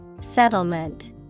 Settlement